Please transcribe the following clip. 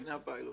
לפני הפיילוט.